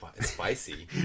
spicy